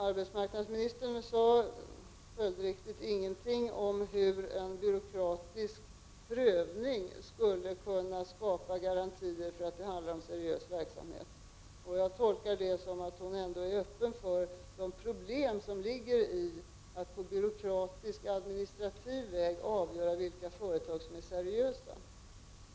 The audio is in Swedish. Arbetsmarknadsministern sade följdriktigt ingenting om hur en byråkratisk prövning skulle kunna skapa garantier för att det handlar om seriös verksamhet. Jag tolkar det så att hon ändå är öppen för att det finns problem med att på byråkratisk, administrativ väg avgöra vilka företag som är seriösa.